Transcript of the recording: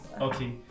okay